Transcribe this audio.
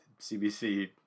CBC